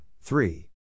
three